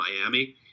Miami